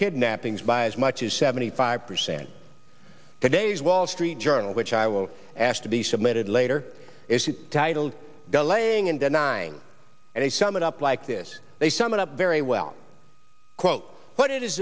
kidnappings by as much as seventy five percent today's wall street journal which i will ask to be submitted later is titled delaying and denying and they summon up like this they summon up very well quote what it is